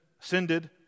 ascended